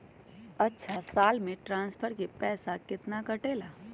अछा साल मे ट्रांसफर के पैसा केतना कटेला?